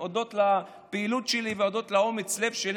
הודות לפעילות שלי והודות לאומץ הלב שלי